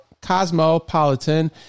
Cosmopolitan